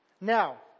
Now